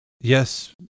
Yes